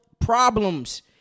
problems